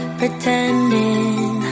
pretending